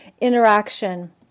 interaction